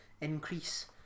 increase